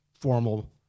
formal